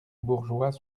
bourgeois